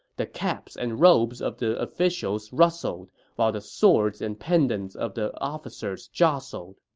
the caps and robes of the officials rustled, while the swords and pendants of the officers jostled.